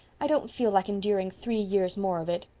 i don't feel like enduring three years more of it.